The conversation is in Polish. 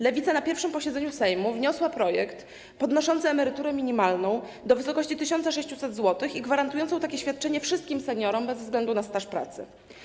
Lewica na pierwszym posiedzeniu Sejmu wniosła projekt podnoszący emeryturę minimalną do wysokości 1600 zł i gwarantujący takie świadczenie wszystkim seniorom bez względu na staż pracy.